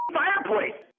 fireplace